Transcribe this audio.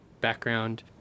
background